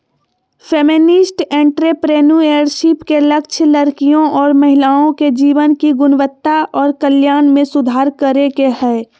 feminist entrepreneurship के लक्ष्य लड़कियों और महिलाओं के जीवन की गुणवत्ता और कल्याण में सुधार करे के हय